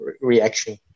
reaction